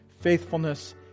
faithfulness